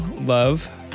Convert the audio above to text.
love